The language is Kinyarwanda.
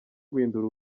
guhindura